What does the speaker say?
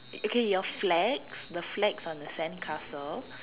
okay your flags the flags on the sandcastle